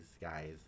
guys